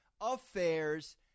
affairs